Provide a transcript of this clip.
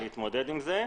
להתמודד עם זה.